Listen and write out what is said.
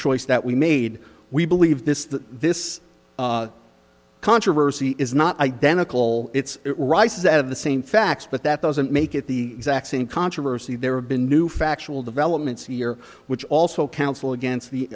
choice that we made we believe this that this controversy is not identical it's rises out of the same facts but that doesn't make it the exact same controversy there have been new factual developments a year which also counsel against the